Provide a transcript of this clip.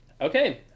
okay